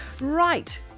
Right